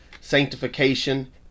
sanctification